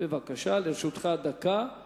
אך אם אחר כך הם מממשים